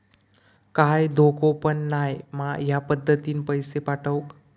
काय धोको पन नाय मा ह्या पद्धतीनं पैसे पाठउक?